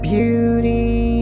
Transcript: Beauty